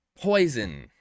Poison